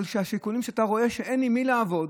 אבל כשהשיקולים שאתה רואה, כשאין עם מי לעבוד,